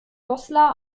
goslar